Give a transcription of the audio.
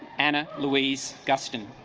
anna louise dustin